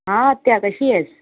हां आत्या कशी आहेस